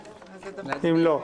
לא.